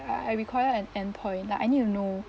I require an end point like I need to know